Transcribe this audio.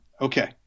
Okay